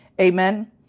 Amen